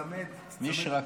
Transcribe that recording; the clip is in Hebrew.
מישרקי.